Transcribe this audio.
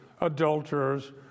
adulterers